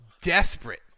desperate